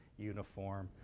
uniform,